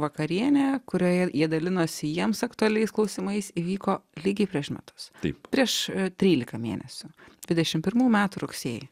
vakarienę kurioje jie dalinosi jiems aktualiais klausimais įvyko lygiai prieš metus taip prieš trylika mėnesių dvidešimt pirmų metų rugsėjį